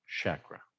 chakra